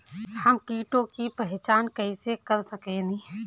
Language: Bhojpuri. हम कीटों की पहचान कईसे कर सकेनी?